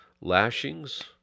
lashings